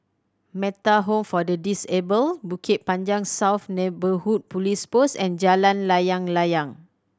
Metta Home for the Disabled Bukit Panjang South Neighbourhood Police Post and Jalan Layang Layang